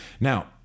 Now